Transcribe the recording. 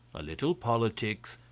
a little politics,